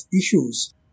issues